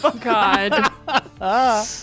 God